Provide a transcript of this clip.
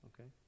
Okay